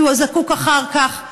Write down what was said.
כי הוא זקוק אחר כך לעזרה.